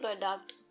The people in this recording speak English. product